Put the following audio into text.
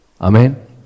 Amen